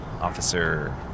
Officer